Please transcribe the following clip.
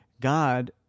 God